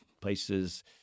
places